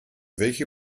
welche